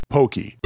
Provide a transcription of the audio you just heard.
Pokey